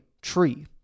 tree